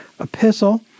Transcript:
epistle